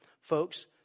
Folks